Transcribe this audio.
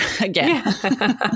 again